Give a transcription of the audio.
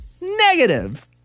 Negative